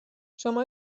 شما